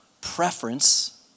preference